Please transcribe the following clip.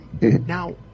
Now